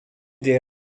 des